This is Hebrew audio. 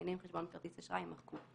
המילים "חשבון בכרטיס אשראי" יימחקו,